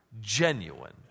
genuine